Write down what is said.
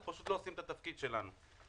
אנחנו לא עושים את התפקיד שלנו.